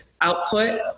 output